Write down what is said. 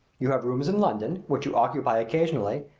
you have rooms in london, which you occupy occasionally.